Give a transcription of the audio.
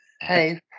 Hey